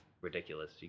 ridiculous